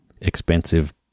expensive